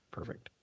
Perfect